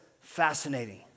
fascinating